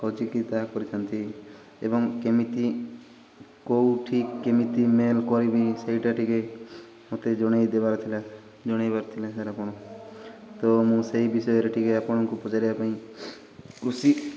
ଖୋଜିକି ତାହା କରିଥାନ୍ତି ଏବଂ କେମିତି କେଉଁଠି କେମିତି ମେଲ୍ କରିବି ସେଇଟା ଟିକେ ମୋତେ ଜଣାଇଦେବାର ଥିଲା ଜଣାଇବାର ଥିଲା ସାର୍ ଆପଣ ତ ମୁଁ ସେଇ ବିଷୟରେ ଟିକେ ଆପଣଙ୍କୁ ପଚାରିବା ପାଇଁ ଖୁସି